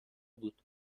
بود